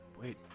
Wait